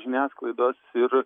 žiniasklaidos ir